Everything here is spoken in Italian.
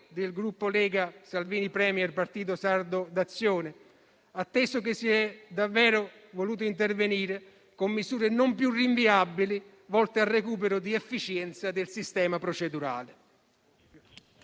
del Gruppo Lega-Salvini Premier- Partito Sardo d'Azione, atteso che si è davvero voluto intervenire con misure non più rinviabili, volte al recupero di efficienza del sistema procedurale.